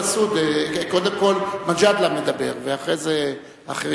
קודם כול מג'אדלה מדבר ואחרי זה אחרים.